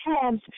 hands